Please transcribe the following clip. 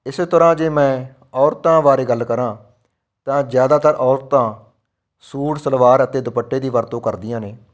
ਇਸੇ ਤਰ੍ਹਾਂ ਜੇ ਮੈਂ ਔਰਤਾਂ ਬਾਰੇ ਗੱਲ ਕਰਾਂ ਤਾਂ ਜ਼ਿਆਦਾਤਰ ਔਰਤਾਂ ਸੂਟ ਸਲਵਾਰ ਅਤੇ ਦੁਪੱਟੇ ਦੀ ਵਰਤੋਂ ਕਰਦੀਆਂ ਨੇ